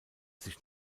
sich